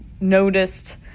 noticed